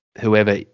whoever